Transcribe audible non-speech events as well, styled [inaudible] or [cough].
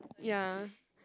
[noise] ya